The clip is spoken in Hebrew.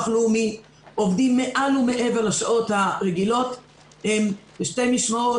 הלאומי עובדים מעל ומעבר לשעות הרגילות בשתי משמרות,